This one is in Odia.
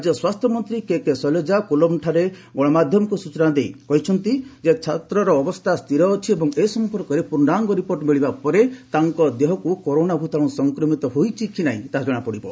ରାଜ୍ୟ ସ୍ୱାସ୍ଥ୍ୟମନ୍ତ୍ରୀ କେକେ ଶୌଲଜା କୁଲମ୍ଠାରେ ଗଣମାଧ୍ୟମକୁ ସୂଚନା ଦେଇ କହିଛନ୍ତି ଛାତ୍ରର ଅବସ୍ଥା ସ୍ଥିର ଅଛି ଏବଂ ଏ ସମ୍ପର୍କରେ ପୂର୍ଣ୍ଣାଙ୍ଗା ରିପୋର୍ଟ ମିଳିବା ପରେ ତାଙ୍କ ଦେହକୁ କରୋନା ଭୂତାଣୁ ସଂକ୍ରମିତ ହୋଇଛି କି ନାହିଁ ତାହା ଜଣାପଡିବ